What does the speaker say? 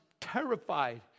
terrified